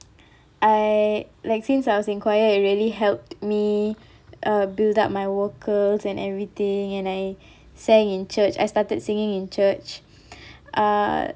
I like since I was in choir it really helped me uh build up my vocals and everything and I sang in church I started singing in church uh